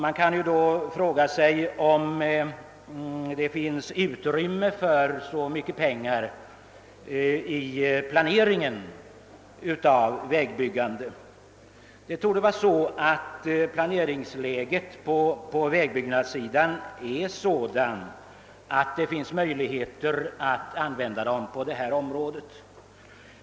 Man kan kanske fråga sig, om så mycket pengar verkligen kan användas för vägbyggande. Planeringsläget i fråga om vägbyggande torde emeller tid vara sådant att det ger möjligheter att utöka arbetena så pass mycket.